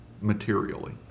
materially